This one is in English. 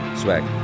swag